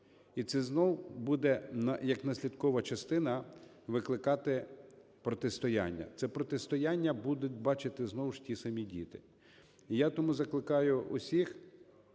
І це знову буде як наслідкова частина викликати протистояння. Це протистояння будуть бачити знову ж ті самі діти.